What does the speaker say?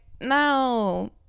no